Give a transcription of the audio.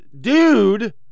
dude